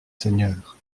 seigneur